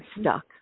stuck